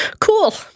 Cool